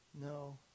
No